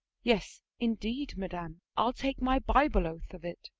yes, indeed, madam i'll take my bible-oath of it.